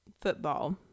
football